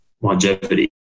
longevity